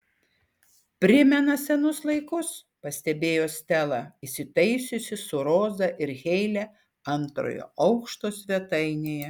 primena senus laikus pastebėjo stela įsitaisiusi su roza ir heile antrojo aukšto svetainėje